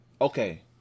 okay –